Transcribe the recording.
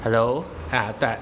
hello 阿对